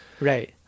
Right